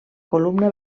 columna